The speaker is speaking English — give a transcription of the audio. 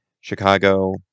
Chicago